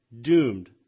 doomed